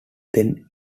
than